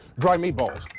dry meatballs.